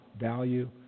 value